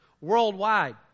worldwide